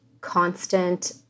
constant